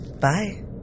bye